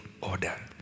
order